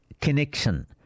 Connection